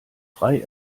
frei